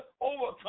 overcome